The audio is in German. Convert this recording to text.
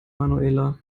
manuela